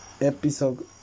episode